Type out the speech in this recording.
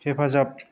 हेफाजाब